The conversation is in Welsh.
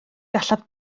gallaf